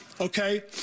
Okay